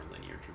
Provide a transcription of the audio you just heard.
linear